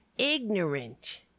ignorant